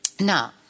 Now